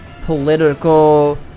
political